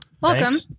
Welcome